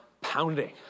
pounding